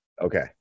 Okay